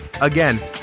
Again